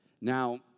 Now